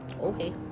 Okay